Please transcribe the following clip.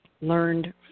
learned